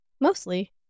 Mostly